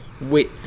Wait